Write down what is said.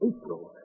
April